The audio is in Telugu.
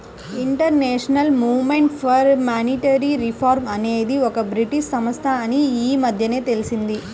international movement for monetary reform అనేది ఒక బ్రిటీష్ సంస్థ అని ఈ మధ్యనే తెలిసింది